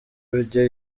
ibyo